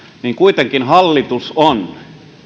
niin kuitenkin hallitus on